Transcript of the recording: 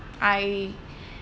I